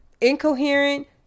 incoherent